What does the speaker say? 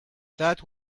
that